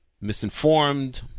misinformed